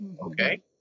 okay